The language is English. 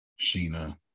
Sheena